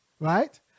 right